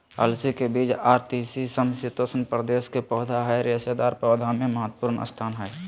अलसी के बीज आर तीसी समशितोष्ण प्रदेश के पौधा हई रेशेदार पौधा मे महत्वपूर्ण स्थान हई